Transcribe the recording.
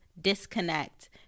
disconnect